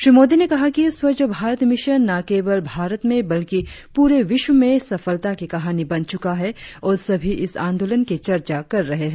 श्री मोदी ने कहा कि स्वच्छ भारत मिशन न केवल भारत में बल्कि पूरे विश्व में सफलता की कहानी बन चुका है और सभी इस आंदोलन की चर्चा कर रहे है